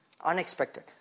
unexpected